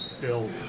Bill